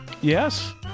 Yes